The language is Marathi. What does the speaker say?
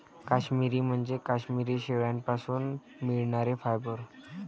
काश्मिरी म्हणजे काश्मिरी शेळ्यांपासून मिळणारे फायबर